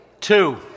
Two